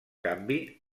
canvi